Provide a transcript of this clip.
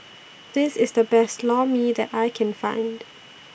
This IS The Best Lor Mee that I Can Find